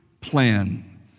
plan